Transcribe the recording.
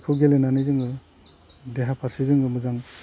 बेखौ गेलेनानै जोङो देहा फारसे जोङो मोजां